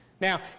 Now